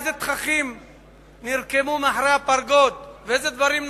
איזה תככים נרקמו מאחורי הפרגוד ואיזה דברים נעשו?